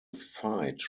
fight